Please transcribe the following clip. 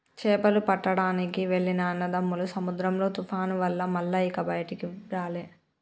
చేపలు పట్టడానికి వెళ్లిన అన్నదమ్ములు సముద్రంలో తుఫాను వల్ల మల్ల ఇక బయటికి రాలే